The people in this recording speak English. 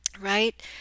right